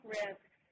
risks